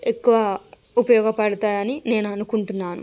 ఎక్కువ ఉపయోగపడతాయని నేను అనుకుంటున్నాను